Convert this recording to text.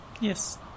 Yes